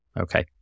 Okay